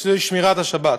שמירת השבת.